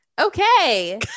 Okay